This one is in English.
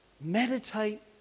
Meditate